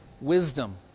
wisdom